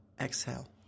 exhale